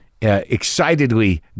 excitedly